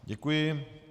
Děkuji.